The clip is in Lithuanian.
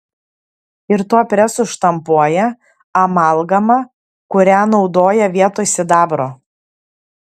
ir tuo presu štampuoja amalgamą kurią naudoja vietoj sidabro